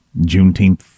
Juneteenth